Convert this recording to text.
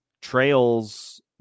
trails